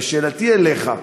ושאלתי אליך: